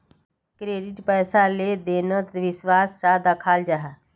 credit पैसार लें देनोत विश्वास सा दखाल जाहा